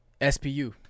SPU